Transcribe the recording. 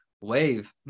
wave